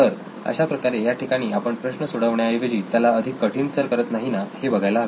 तर अशाप्रकारे याठिकाणी आपण प्रश्न सोडवण्याऐवजी त्याला अधिक कठीण तर करत नाही ना हे बघायला हवे